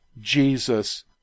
Jesus